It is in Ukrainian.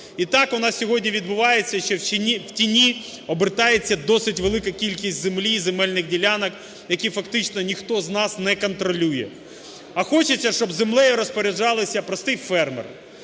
і так у нас сьогодні відбувається, що в тіні обертається досить велика кількість землі і земельних ділянок, які фактично ніхто з нас не контролює. А хочеться, щоб землею розпоряджалися простий фермер,